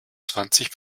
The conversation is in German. zwanzig